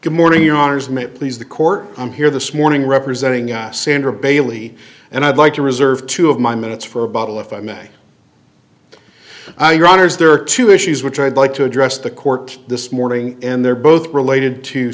good morning your honors may please the court i'm here this morning representing our sandra bailey and i'd like to reserve two of my minutes for a bottle if i may your honor is there are two issues which i'd like to address the court this morning and they're both related to